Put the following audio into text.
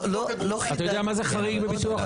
אתה יודע מה זה חריג בביטוח?